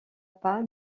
pas